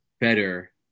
better